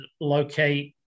locate